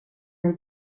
mig